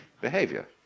behavior